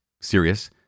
serious